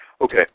Okay